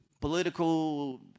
political